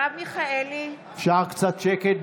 מרב מיכאלי, אפשר קצת שקט?